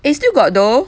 eh still got though